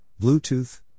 Bluetooth